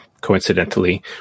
coincidentally